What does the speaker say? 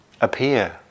appear